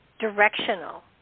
directional